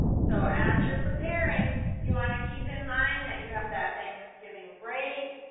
so as you're preparing you want to keep in mind that you have that thanksgiving break